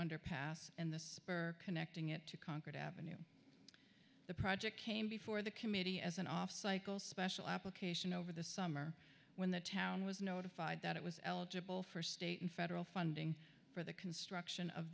underpass and this connecting it to concord avenue the project came before the committee as an off cycle special application over the summer when the town was notified that it was eligible for state and federal funding for the construction of